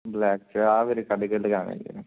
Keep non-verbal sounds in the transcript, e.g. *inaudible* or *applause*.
black 'ਚ ਆ ਮੇਰੇ *unintelligible*